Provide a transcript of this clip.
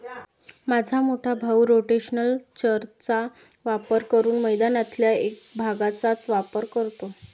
माझा मोठा भाऊ रोटेशनल चर चा वापर करून मैदानातल्या एक भागचाच वापर करतो